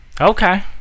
okay